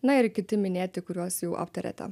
na ir kiti minėti kuriuos jau aptarėte